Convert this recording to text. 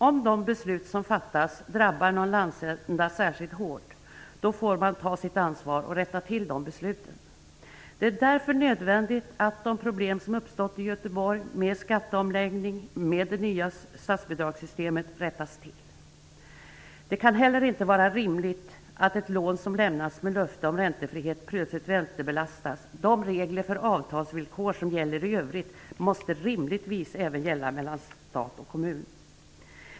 Om de beslut som fattas drabbar någon landsända särskilt hårt måste man ta sitt ansvar och rätta till dessa beslut. Det är därför nödvändigt att de problem som har uppstått i Göteborg med skatteomläggningen och med det nya statsbidragssystemet rättas till. Det kan heller inte vara rimligt att ett lån som lämnats med löfte om räntefrihet plötsligt räntebelastas. De regler för avtalsvillkor som gäller i övrigt måste rimligtvis även gälla mellan stat och kommun.